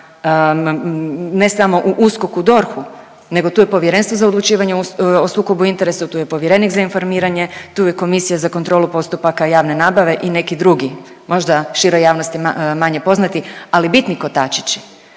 ne samo u USKOK-u, DORH-u nego tu je Povjerenstvo za odlučivanje o sukobu interesa, tu je povjerenik za informiranje, tu je komisija za kontrolu postupaka javne nabave i neki drugi, možda široj javnosti manje poznati ali bitni kotačići.